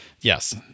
Yes